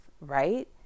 right